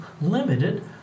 limited